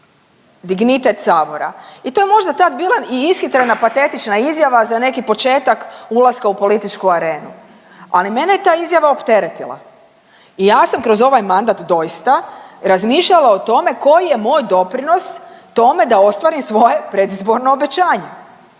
dignitet Sabora i to je možda tad bila i ishitrena patetična izjava za neki početak ulaska u političku arenu, ali mene je ta izjava opteretila i ja sam kroz ovaj mandat doista razmišljala o tome koji je moj doprinos tome da ostvarim svoje predizborno obećanje